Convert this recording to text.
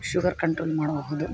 sugar control ಮಾಡಬಹುದು